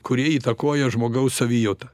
kurie įtakoja žmogaus savijautą